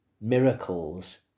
miracles